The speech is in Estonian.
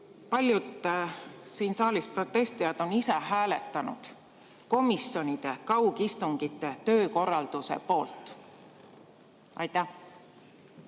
paljud siin saalis protestijad on ise hääletanud komisjonide kaugistungite töökorralduse poolt. Aitäh!